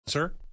sir